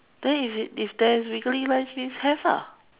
then if it if there is wiggly lines means have ah